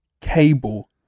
cable